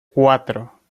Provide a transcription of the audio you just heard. cuatro